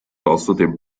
außerdem